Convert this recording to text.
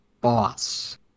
Boss